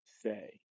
say